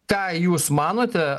ką jūs manote